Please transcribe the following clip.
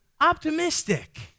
Optimistic